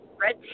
red